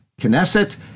Knesset